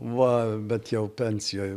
va bet jau pensijoj